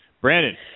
Brandon